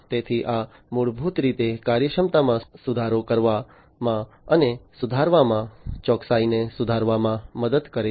તેથી આ મૂળભૂત રીતે કાર્યક્ષમતામાં સુધારો કરવામાં અને સુધારવામાં ચોકસાઇને સુધારવામાં મદદ કરે છે